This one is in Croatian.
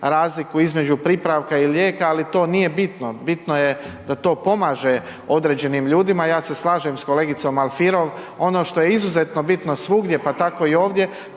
između pripravka ili lijeka, ali to nije bitno, bitno je da to pomaže određenim ljudima i ja se slažem s kolegicom Alfierev ono što je izuzetno bitno svugdje slažem